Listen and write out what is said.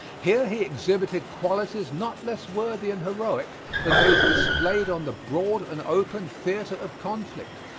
here he exhibited qualities not less worthy and heroic than those displayed on the broad and open theater of conflict,